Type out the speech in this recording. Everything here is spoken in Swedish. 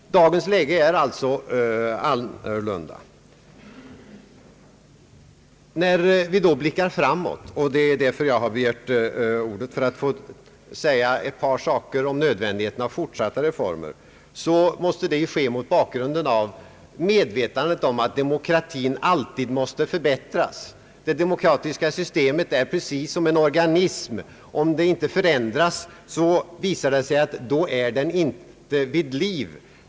När vi blickar framåt — och jag har begärt ordet för att säga några ord om nödvändigheten av fortsatta reformer — måste detta ske mot bakgrunden av medvetandet om att demokratin alltid behöver förbättras. Det demokratiska systemet är precis som en organism — om den inte förändras, visar det sig att den inte är vid liv.